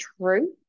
true